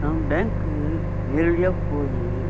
நாம் பேங்க்கு நேரடியாக போய்